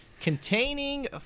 containing